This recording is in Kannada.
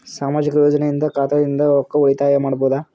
ಸಾಮಾಜಿಕ ಯೋಜನೆಯಿಂದ ಖಾತಾದಿಂದ ರೊಕ್ಕ ಉಳಿತಾಯ ಮಾಡಬಹುದ?